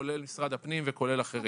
כולל משרד הפנים וכולל אחרים.